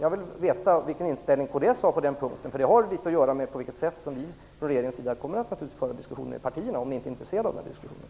Jag vill veta vilken inställning kds har på den punkten, eftersom det har litet att göra med på vilket sätt som vi från regeringens sida kommer att föra en diskussion med partierna. Är ni inte intresserade av den diskussionen?